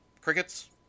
crickets